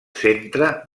centre